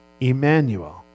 Emmanuel